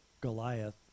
Goliath